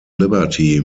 liberty